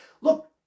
Look